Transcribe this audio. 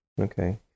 Okay